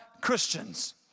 Christians